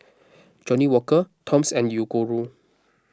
Johnnie Walker Toms and Yoguru